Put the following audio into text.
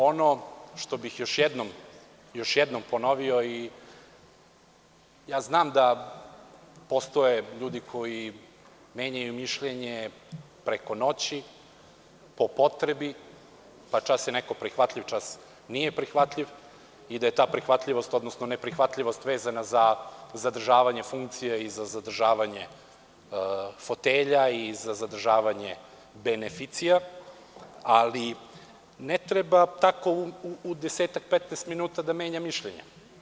Ono što bih još jednom ponovio, ja znam da postoje ljudi koji menjaju mišljenje preko noći, po potrebi, pa čas je neko prihvatljiv, pa čas nije prihvatljiv i da je ta prihvatljivost, odnosno neprihvatljivost vezana za zadržavanje funkcije i za zadržavanje fotelja i za zadržavanje beneficija, ali ne treba tako u desetak - petnaest minuta da menja mišljenje.